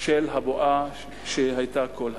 של הבועה שהיתה כל הזמן.